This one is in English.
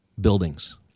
buildings